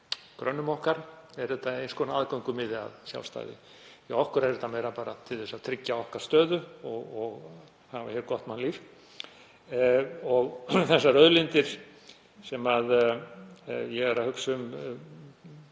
grönnum okkar, er þetta eins konar aðgöngumiði að sjálfstæði. Hjá okkur er þetta meira bara til þess að tryggja stöðu okkar og hafa hér gott mannlíf. Þær auðlindir sem ég er að hugsa um